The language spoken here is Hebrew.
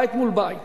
בית מול בית.